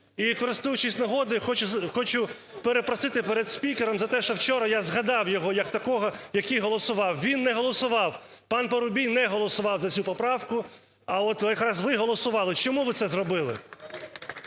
І, користуючись нагодою, хочу перепросити перед спікером за те, що вчора я згадав його як такого, який голосував. Він не голосував. Пан Парубій не голосував за цю поправку, а от якраз ви голосували. Чому ви це зробили?